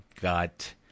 got